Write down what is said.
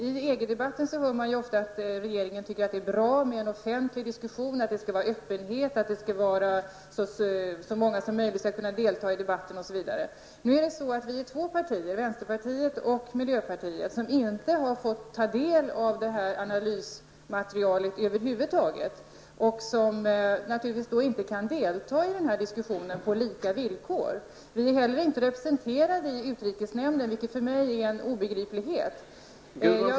I EG-debatten hör man ofta att regeringen tycker att det är bra att det förs en offentlig diskussion, att det skall vara öppenhet, att så många som möjligt skall kunna delta i debatten osv. Men nu är det så, att det är två partier -- vänsterpartiet och miljöpartiet -- som inte har fått del av det här analysmaterialet över huvud taget. Naturligtvis kan vi då inte delta i diskussionen på samma villkor som övriga. Vi är heller inte representerade i utrikesnämnden, vilket för mig är obegripligt.